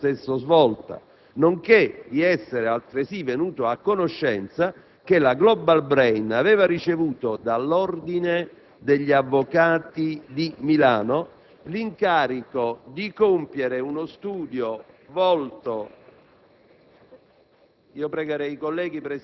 e l'attività professionale dallo stesso svolta, nonché di essere altresì venuto a conoscenza che la *Global Brain* aveva ricevuto dall'Ordine degli avvocati di Milano l'incarico di compiere uno studio volto...